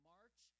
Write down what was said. March